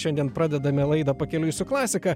šiandien pradedame laidą pakeliui su klasika